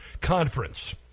Conference